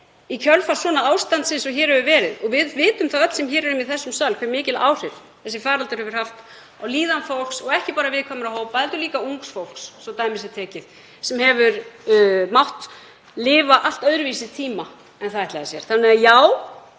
í kjölfar ástandsins sem hér hefur verið. Og við vitum það öll í þessum sal hve mikil áhrif þessi faraldur hefur haft á líðan fólks og ekki bara á viðkvæma hópa heldur líka ungt fólk, svo dæmi sé tekið, sem hefur mátt lifa allt öðruvísi tíma en það ætlaði sér. Þannig að: Já,